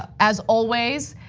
as always,